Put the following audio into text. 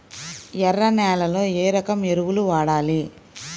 ఎర్ర నేలలో ఏ రకం ఎరువులు వాడాలి?